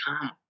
Come